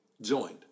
joined